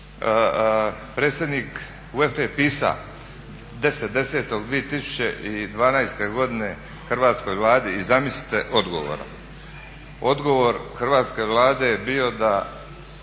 Predsjednik UEFA-e je pisao 10.10.2012. godine Hrvatskoj Vladi i zamislite odgovora. Odgovor Hrvatske Vlade je bio da